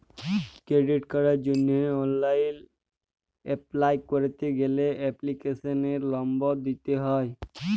credit কার্ডের জন্হে online apply ক্যরতে গ্যালে এপ্লিকেশনের লম্বর দিত্যে হ্যয়